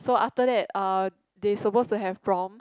so after that uh they supposed to have prom